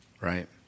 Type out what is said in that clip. right